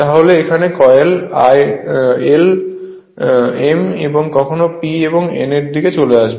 তাহলে এখানে coil l m কখন এই p n এর নীচে আসবে